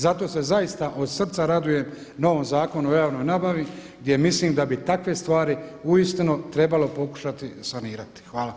Zato se zaista od srca radujem novom Zakonu o javnoj nabavi gdje mislim da bi takve stvari uistinu trebalo pokušati sanirati.